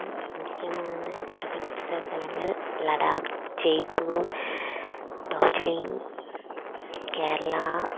ம் முக்கியமான பிரபல சுற்றுலாத்தளங்கள் லடாக் ஜெய்ப்பூர் டார்ஜிலிங் கேரளா